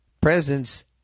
presence